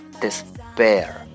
despair